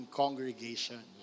congregation